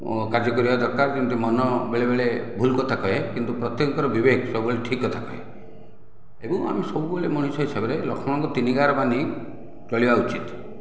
କାର୍ଯ୍ୟକରିବା ଦରକାର କିନ୍ତୁ ମନ ବେଳେବେଳେ ଭୁଲ କଥା କୁହେ କିନ୍ତୁ ପ୍ରତ୍ୟେକଙ୍କର ବିବେକ ସବୁବେଳେ ଠିକ୍ କଥା କୁହେ ଏବଂ ଆମେ ସବୁବେଳେ ମଣିଷ ହିସାବରେ ଲକ୍ଷ୍ମଣଙ୍କ ତିନିଗାର ବାନ୍ଧି ଚଳିବା ଉଚିତ୍